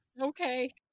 okay